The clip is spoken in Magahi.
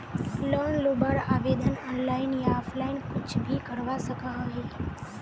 लोन लुबार आवेदन ऑनलाइन या ऑफलाइन कुछ भी करवा सकोहो ही?